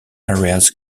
areas